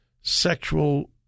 sexual